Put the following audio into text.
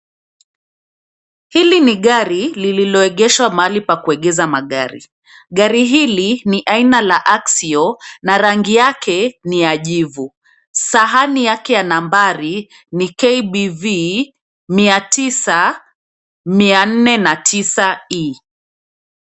Hili ni gari lililoegeshwa mahali pa kuegeza magari. Gari hili ni aina la (cs) Axio (cs) na rangi yake ni ya jivu. Sahani yake ya nambari ni KBV mia tisa mia nne na tisa E.